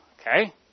Okay